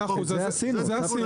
מאה אחוז, אז עשינו את זה.